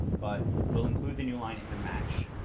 but we'll include the new line in the match,